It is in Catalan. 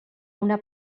una